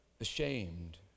ashamed